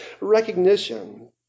recognition